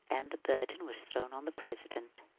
and the burden was thrown on the president.